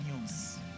news